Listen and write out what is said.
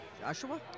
Joshua